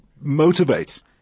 motivate